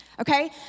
okay